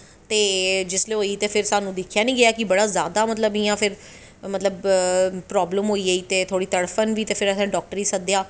जिसलै होए ते फिर साह्नू दिक्खेआ नी गेआ कि बड़ा जादा इयां फिर मतलव प्रावलम होई गेई ते थोह्ड़ी तड़फन बी ते फिर असैं डाक्टरे गी सद्देआ